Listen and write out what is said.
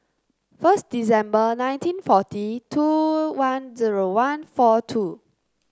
first December nineteen forty two one zero one four two